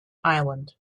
island